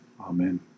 Amen